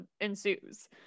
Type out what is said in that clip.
ensues